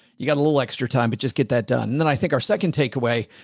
you got a little extra time, but just get that done. and then i think our second takeaway,